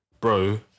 bro